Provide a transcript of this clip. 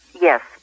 Yes